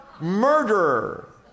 murderer